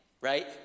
right